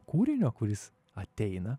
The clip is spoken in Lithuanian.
kūrinio kuris ateina